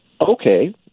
Okay